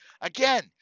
Again